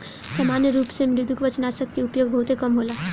सामान्य रूप से मृदुकवचनाशक के उपयोग बहुते कम होला